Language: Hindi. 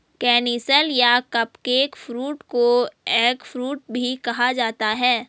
केनिसल या कपकेक फ्रूट को एगफ्रूट भी कहा जाता है